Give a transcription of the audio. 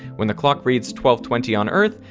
when the clock reads twelve twenty on earth,